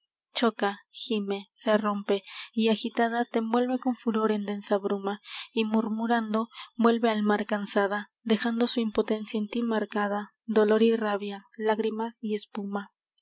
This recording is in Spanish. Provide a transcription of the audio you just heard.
choca gime se rompe y agitada te envuelve con furor en densa bruma y murmurando vuelve al mar cansada dejando su impotencia en tí marcada dolor y rabia lágrimas y espuma